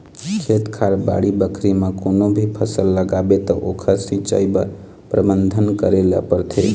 खेत खार, बाड़ी बखरी म कोनो भी फसल लगाबे त ओखर सिंचई बर परबंध करे ल परथे